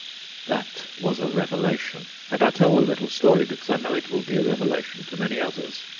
that was a revelation and i tell the little story because i know it will be a revelation to many others.